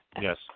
Yes